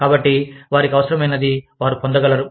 కాబట్టి వారికి అవసరమైనది వారు పొందగలరు